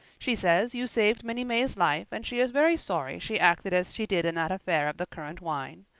she says you saved minnie may's life, and she is very sorry she acted as she did in that affair of the currant wine.